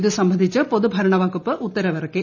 ഇതുസംബന്ധിച്ച് പൊതുഭരണവകുപ്പ് ഉത്തരവിറക്കി